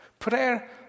Prayer